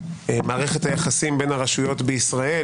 מערכת היחסים בין הרשויות בישראל,